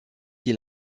qui